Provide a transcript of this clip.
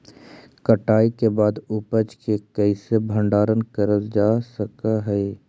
कटाई के बाद उपज के कईसे भंडारण करल जा सक हई?